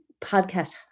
podcast